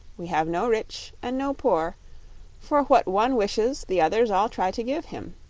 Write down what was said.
we have no rich, and no poor for what one wishes the others all try to give him,